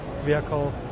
vehicle